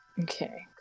Okay